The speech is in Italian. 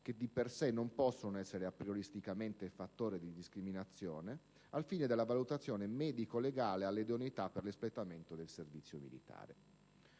che di per sé non possono essere aprioristicamente fattore di discriminazione - al fine della valutazione medico-legale dell'idoneità per l'espletamento del servizio militare.